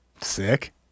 sick